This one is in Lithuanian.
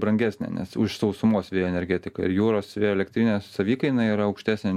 brangesnė nes už sausumos vėjo energetiką ir jūros vėjo elektrinės savikaina yra aukštesnė